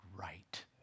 right